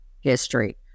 history